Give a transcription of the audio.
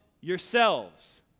yourselves